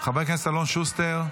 חבר הכנסת אלון שוסטר,